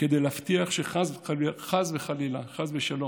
כדי להבטיח שחס וחלילה, חס ושלום,